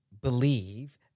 believe